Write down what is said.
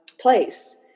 place